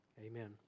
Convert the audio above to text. Amen